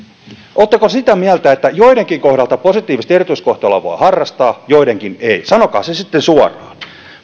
oletteko sitä mieltä että joidenkin kohdalta positiivista erityiskohtelua voi harrastaa joidenkin ei sanokaa se sitten suoraan minä